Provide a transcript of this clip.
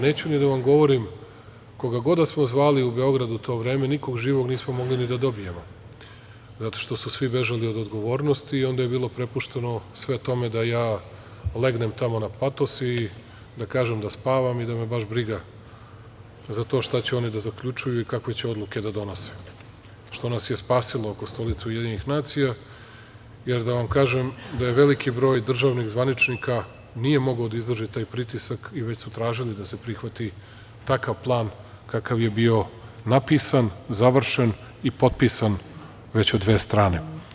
Neću ni da vam govorim, koga god da smo zvali u Beogradu u to vreme, nikog živog nismo mogli ni da dobijemo, zato što su svi bežali od odgovornosti i onda je bilo prepušteno sve tome da ja legnem tamo na patos i da kažem da spavam i da me baš briga za to što će oni da zaključuju i kakve će odluke da donose, što nas je spasilo oko Stolice UN, jer da vam kažem da je veliki broj državnih zvaničnika nije mogao da izdrži taj pritisak i već su tražili da se prihvati takav plan kakav je bio napisan, završen i potpisan već u dve strane.